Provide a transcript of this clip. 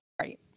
Right